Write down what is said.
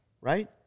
right